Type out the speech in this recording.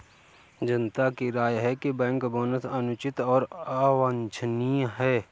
जनता की राय है कि बैंक बोनस अनुचित और अवांछनीय है